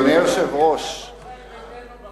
האופוזיציה לא מסוגלת,